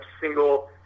single